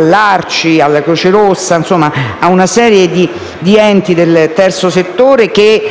l'ARCI e la Croce Rossa; insomma una serie di enti del terzo settore che